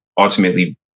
ultimately